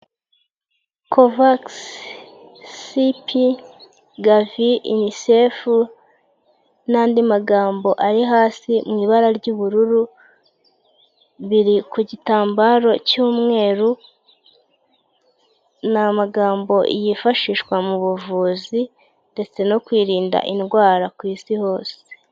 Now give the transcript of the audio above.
Kovagisi sipi gavi unisefu n'andi magambo ari hasi mu ibara ry'ubururu biri ku gitambaro cy'umweru, ni amagambo yifashishwa mu buvuzi ndetse no kwirinda indwara isi hose.